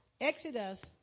Exodus